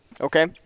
Okay